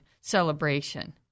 celebration